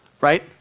right